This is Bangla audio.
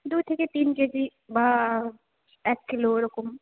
দু থেকে তিন কে জি বা এক কিলো এরকম